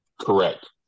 correct